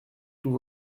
tout